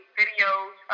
videos